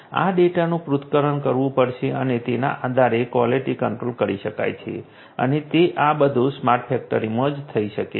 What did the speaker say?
આ ડેટાનું પૃથ્થકરણ કરવું પડશે અને તેના આધારે ક્વોલિટી કંટ્રોલ કરી શકાય છે અને તે આ બધું સ્માર્ટ ફેક્ટરીમાં જ થઈ શકે છે